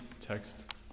text